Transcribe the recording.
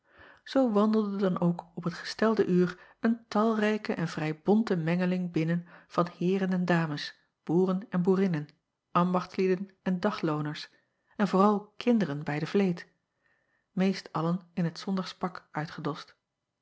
oo wandelde dan ook op het gestelde uur een talrijke en vrij bonte mengeling binnen van heeren en dames boeren en boerinnen ambachtslieden en daglooners en vooral kinderen bij de vleet meest allen in t ondagspak uitgedost